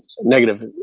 negative